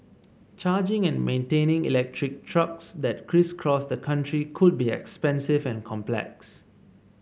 charging and maintaining electric trucks that crisscross the country could be expensive and complex